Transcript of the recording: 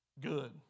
good